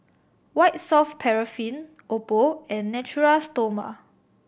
White Soft Paraffin Oppo and Natura Stoma